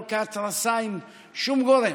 לא כהתרסה מול שום גורם.